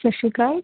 ਸਤਿ ਸ਼੍ਰੀ ਅਕਾਲ